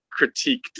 critiqued